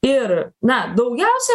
ir na daugiausia